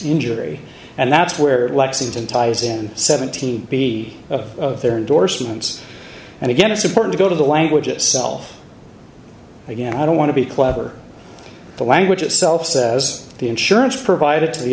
injury and that's where lexington ties in seventeen b of their endorsements and again it's important to go to the language itself again i don't want to be clever the language itself says the insurance provided to the